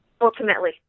ultimately